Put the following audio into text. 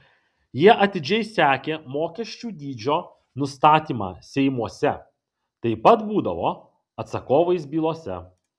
jie atidžiai sekė mokesčių dydžio nustatymą seimuose taip pat būdavo atsakovais bylose